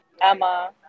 Emma